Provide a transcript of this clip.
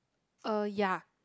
uh ya